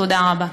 תודה רבה.